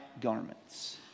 garments